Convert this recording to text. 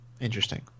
interesting